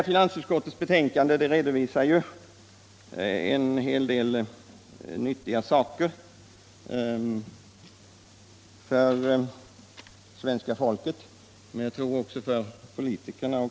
Finansutskottets betänkande nr 16 redovisar ju en hel del värt att veta för svenska folket och kanske inte minst för politikerna.